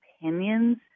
opinions